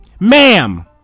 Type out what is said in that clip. ma'am